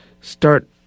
start